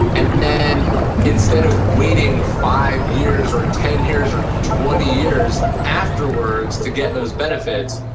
and then instead of waiting five years or ten years or twenty years afterwards to get those benefits,